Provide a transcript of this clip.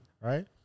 right